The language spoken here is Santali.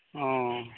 ᱚᱻ